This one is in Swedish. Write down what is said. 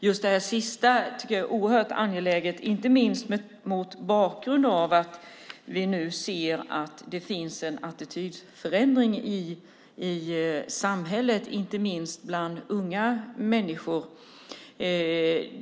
Just det sista tycker jag är oerhört angeläget, inte minst mot bakgrund av att vi nu ser att det finns en attitydförändring i samhället, speciellt bland unga människor.